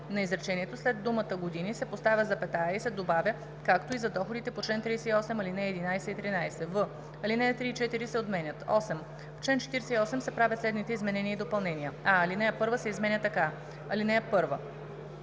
на изречението, след думата „години“ се поставя запетая и се добавя „както и за доходите по чл. 38, ал. 11 и 13“; в) ал. 3 и 4 се отменят. 8. В чл. 48 се правят следните изменения и допълнения: а) ал. 1 се изменя така: „(1)